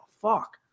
fuck